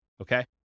Okay